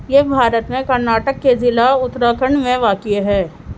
یہ بھارت میں کرناٹک کے ضلع اتراکھنڈ میں واقع ہے